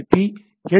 B H